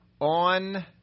On